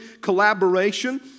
collaboration